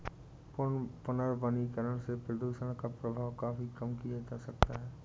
पुनर्वनीकरण से प्रदुषण का प्रभाव काफी कम किया जा सकता है